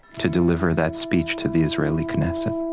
to deliver that speech to the israeli knesset